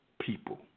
people